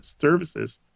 services